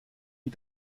wie